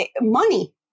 money